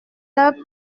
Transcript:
leur